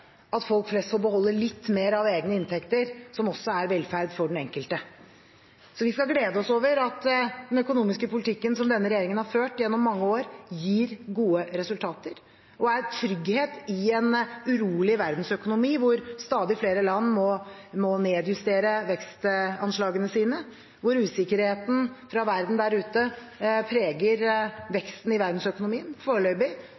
at folk flest får beholde litt mer av egne inntekter, som også er velferd for den enkelte. Vi skal glede oss over at den økonomiske politikken som denne regjeringen har ført gjennom mange år, gir gode resultater og trygghet i en urolig verdensøkonomi der stadig flere land må nedjustere vekstanslagene sine, og der usikkerheten fra verden der ute preger veksten i verdensøkonomien. Foreløpig